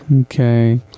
Okay